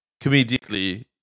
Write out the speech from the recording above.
comedically